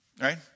Right